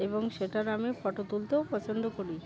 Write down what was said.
এবং সেটার আমি ফটো তুলতেও পছন্দ করি